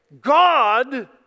God